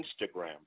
Instagram